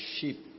sheep